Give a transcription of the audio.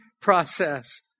process